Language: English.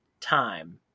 time